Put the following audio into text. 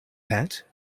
pet